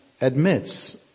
admits